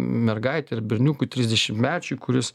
mergaitei ar berniukui trisdešimtmečiui kuris